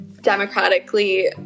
democratically